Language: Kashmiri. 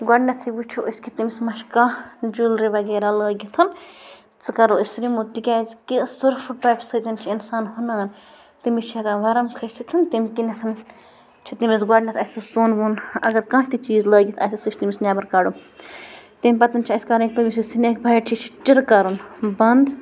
گۄڈٕنٮ۪ٹھٕے وٕچھو أسۍ کہِ تٔمِس مہ چھُ کانٛہہ جولری وغیرہ لٲگِتھ ژٕ کَر کَرو أسۍ نِمو تِکیٛازِ کہِ سۄرپھٕ ٹوفہِ سۭتۍ چھُ اِنسان ہُنان تٔمِس چھُ ہٮ۪کان وَرٕم کٔستھنۍ تمہِ کِنۍ نٮ۪تھن چھُ تٔمس اَسہِ گۄڈٕنٮ۪تھ اَسہِ سۄن وۄن اگر کانٛہہ تہِ چیٖز لٲگِتھ آسہِ سُہ چھُ تٔمس نٮ۪بر کَڑُن تمہِ پتن چھِ اَسہِ کَڑُن تمہِ پتن چھُ اَسہِ کَرُن تٔمس یُس سِنیک بایٹ چھُ یہِ چھُ چٕرٕ کَرُن بنٛد